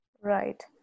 Right